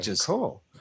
Cool